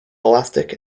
elastic